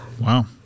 Wow